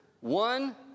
One